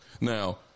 Now